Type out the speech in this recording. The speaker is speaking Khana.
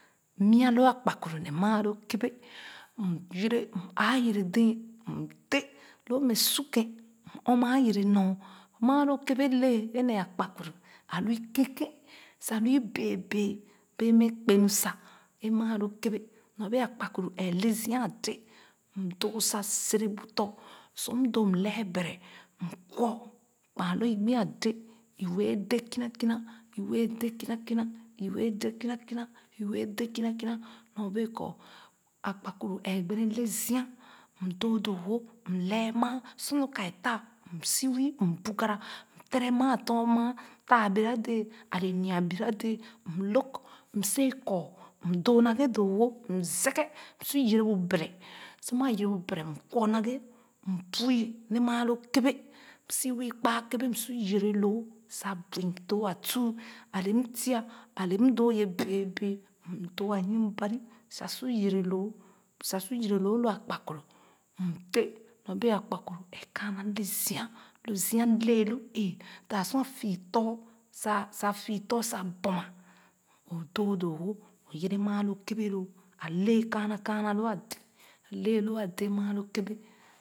Mia loo akpakpuru ne maa loo kɛbɛɛ m yere m āā yere dɛɛ m dee loo mɛ su kèn m ɔ maa yere nor maa loo kɛbɛɛ lɛɛ ee ne akpakpuru āa lu i kèn kèn sa lu i bèè bèè bee mɛ kpenu sa ee maa loo kɛbɛɛ nɔɔne bee akpakpuru ɛɛ le zia adèè m kwɔ kpaa lo i gbi a dèè i wɛɛ dèè kina kina i wɛɛ dee kina kina i wɛɛ dèè kina kina i wɛɛ dèè kina nor bee kɔ a kpakpuru ɛɛ gbene le zia m doo doowo m lɛɛ maa sor lo ka a taah m si wii m bugara m tere maa a tòr maa taa bira dɛɛ ale nyia bira dɛ̄ɛ̄ m lōg m si ee kɔɔ m doo naghe doo wo m seghe sor yere bu bere sor maa yere bu bere m kwɔ naghe m bui le maa loo kɛbɛɛ m si wii kpaa kɛbɛɛ m sor yere loo sa bui m doo atuu ale m tia ale m doo ye bèè bèé m doo ayimban sa su yere loo sa su yere loo lo akpakpuru m dèè ɔɔ bee akpakpuru ɛɛ kaana le zia lo zia lee tu eeh taah sor a fii for sa sa fii fòr buma o doo doowo o yere maa loo kɛbɛɛ loo a lɛɛ kaana kaana lu a dèè lɛɛ la a dēē maa loo kɛbɛɛ.